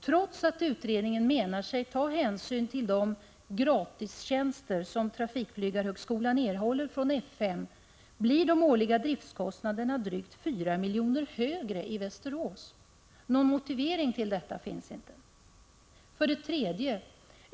Trots att utredningen menar sig ta hänsyn till de ”gratistjänster” som trafikflygarhögskolan erhåller från F 5 blir de årliga driftkostnaderna drygt 4 miljoner högre i Västerås. Någon motivering till detta finns inte. 3.